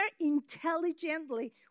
intelligently